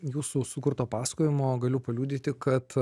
jūsų sukurto pasakojimo galiu paliudyti kad